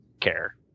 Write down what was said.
care